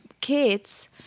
kids